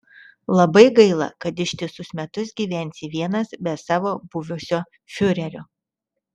labai gaila kad ištisus metus gyvensi vienas be savo buvusio fiurerio